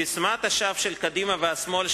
ססמת השווא של קדימה והשמאל,